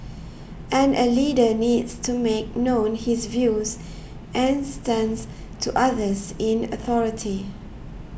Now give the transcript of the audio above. and a leader needs to make known his views and stance to others in authority